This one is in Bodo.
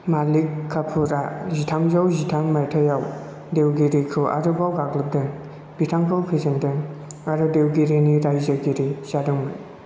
मालिक काफुरआ जिथामजौ जिथाम मायथाइयाव देवगिरीखौ आरोबाव गाग्लोबदों बिथांखौ फेजेनदों आरो देवगिरीनि रायजोगिरि जादोंमोन